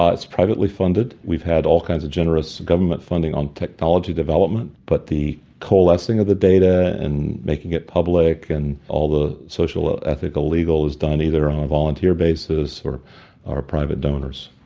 ah it's privately funded. we've had all kinds of generous government funding on technology development, but the coalescing of the data and making it public and all the social, ethical, legal is done either on a volunteer basis, or our private donors.